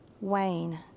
Wayne